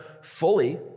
fully